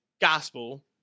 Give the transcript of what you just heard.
gospel